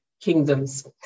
kingdoms